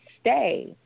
stay